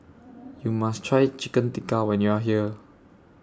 YOU must Try Chicken Tikka when YOU Are here